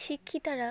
শিক্ষিতারা